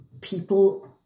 people